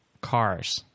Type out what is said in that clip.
cars